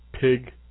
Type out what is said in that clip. pig